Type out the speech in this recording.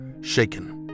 Shaken